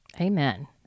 Amen